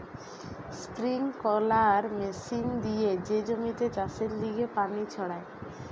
sprinkler machine দিয়ে যে জমিতে চাষের লিগে পানি ছড়ায়